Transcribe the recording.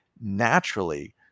naturally